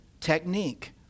technique